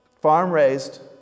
farm-raised